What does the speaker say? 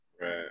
Right